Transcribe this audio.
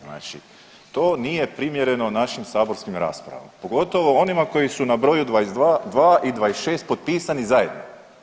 Znači to nije primjereno našim saborskim raspravama pogotovo onima koji su na broju 22 i 26 potpisani zajedno.